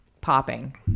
popping